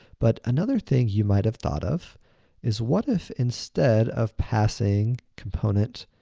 but another thing you might have thought of is what if instead of passing component,